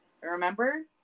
Remember